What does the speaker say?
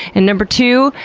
and number two,